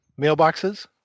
mailboxes